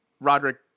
Roderick